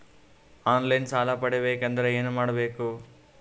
On line ಸಾಲ ಪಡಿಬೇಕಂದರ ಏನಮಾಡಬೇಕು?